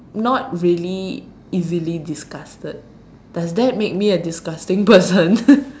not really easily disgusted does that make me a disgusting person